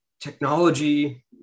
technology